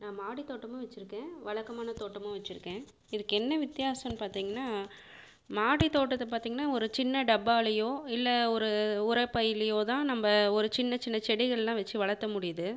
நான் மாடி தோட்டமும் வச்சுருக்கேன் வழக்கமான தோட்டமும் வச்சுருகேன் இதுக்கு என்ன வித்தியாசம்னு பார்த்தீங்கன்னா மாடி தோட்டத்தை பார்த்தீங்கன்னா ஒரு சின்ன டப்பாலயோ இல்லை ஒரு உரை பைலையோ தான் நம்ம ஒரு சின்ன சின்ன செடிகளெலாம் வச்சு வளர்த்த முடியுது